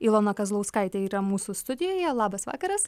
ilona kazlauskaitė yra mūsų studijoje labas vakaras